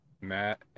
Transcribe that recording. Matt